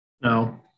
No